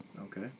Okay